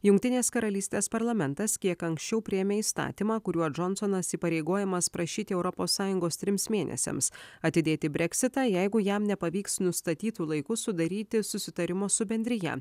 jungtinės karalystės parlamentas kiek anksčiau priėmė įstatymą kuriuo džonsonas įpareigojamas prašyti europos sąjungos trims mėnesiams atidėti breksitą jeigu jam nepavyks nustatytu laiku sudaryti susitarimo su bendrija